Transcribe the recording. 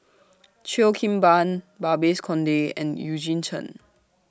Cheo Kim Ban Babes Conde and Eugene Chen